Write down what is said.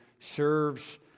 serves